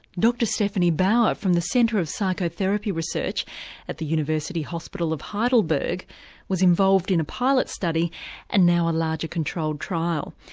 dr stephanie bauer from the centre of psychotherapy research at the university hospital of heidelberg was involved in a pilot study and now a larger controlled trial.